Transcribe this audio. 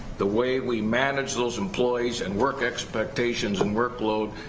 the way we manage those employees and work expectations, and workload,